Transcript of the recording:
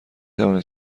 توانید